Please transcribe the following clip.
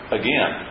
again